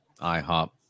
IHOP